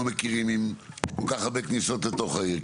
מכירים עם כל כך הרבה כניסות לתוך העיר?